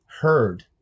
heard